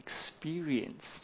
experienced